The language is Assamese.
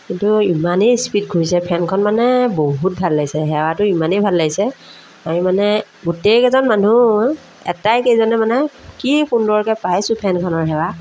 কিন্তু ইমানেই স্পীড ঘূৰিছে ফেনখন মানে বহুত ভাল লাগিছে হাৱাটো ইমানেই ভাল লাগিছে আমি মানে গোটেইকেইজন মানুহ আটাইকেইজনে মানে কি সুন্দৰকৈ পাইছোঁ ফেনখনৰ হাৱা